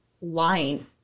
lying